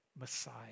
Messiah